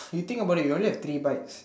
you think about it you only have three bites